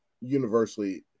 universally